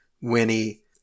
Winnie